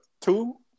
two